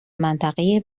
منطقه